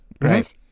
right